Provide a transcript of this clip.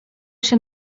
się